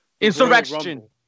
Insurrection